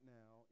now